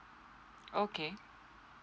okay